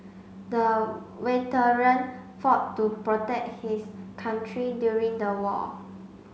the veteran fought to protect his country during the war